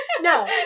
No